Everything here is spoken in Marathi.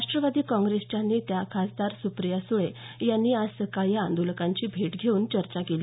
राष्ट्रवादी काँग्रेसच्या नेत्या खासदार सुप्रिया सुळे यांनी आज सकाळी या आंदोलकांची भेट घेऊन चर्चा केली